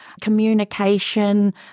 communication